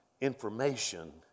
information